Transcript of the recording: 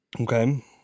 Okay